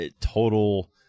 total